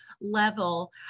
level